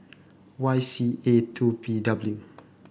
Y C A two P W